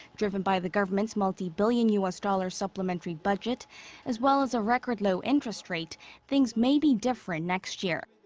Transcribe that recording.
driven by the government's multibillion u s. dollar supplementary budget as well as a record low interest rate things may be different next year.